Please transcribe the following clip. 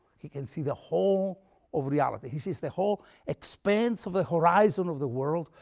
he can see the whole of reality. he sees the whole expanse of the horizon of the world.